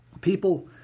people